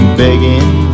begging